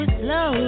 slow